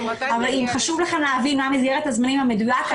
אבל אם חשוב לכם להבין מה מסגרת הזמנים המדויק,